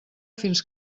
fins